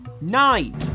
Nine